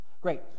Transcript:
Great